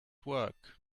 work